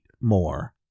more